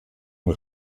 und